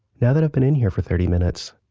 now that i've been in here for thirty minutes,